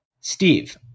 Steve